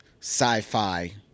sci-fi